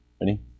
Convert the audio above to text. Ready